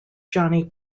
johnny